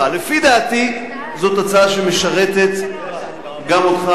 לפי דעתי זאת הצעה שמשרתת גם אותך.